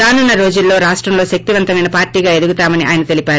రానున్న రోజుల్లో రాష్టంలో శక్తి వంతమైన పార్లీగా ఎదుగుతామని ఆయన తెలిపారు